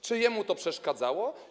Czy jemu to przeszkadzało?